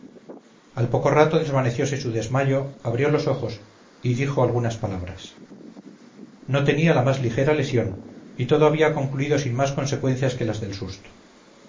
al poco rato desvaneciose su desmayo abrió los ojos y dijo algunas palabras no tenía la más ligera lesión y todo había concluido sin más consecuencias que las del susto